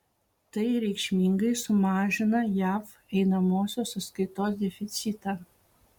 tai reikšmingai sumažina jav einamosios sąskaitos deficitą